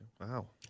wow